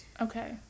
Okay